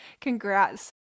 congrats